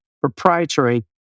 proprietary